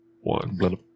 one